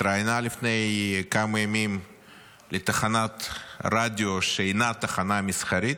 התראיינה לפני כמה ימים לתחנת רדיו שאינה תחנה מסחרית,